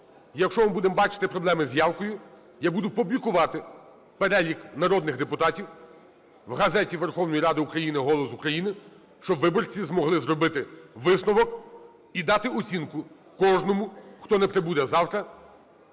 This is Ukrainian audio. Якщо ми будемо бачити проблеми з явкою, я буду публікувати перелік народних депутатів в газеті Верховної Ради України "Голос України", щоб виборці змогли зробити висновок і дати оцінку кожному, хто не прибуде завтра